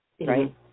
right